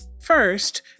First